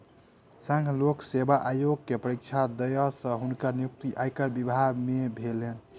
संघ लोक सेवा आयोग के परीक्षा दअ के हुनकर नियुक्ति आयकर विभाग में भेलैन